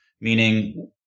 Meaning